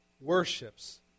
worships